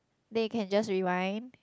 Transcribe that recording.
then you can just rewind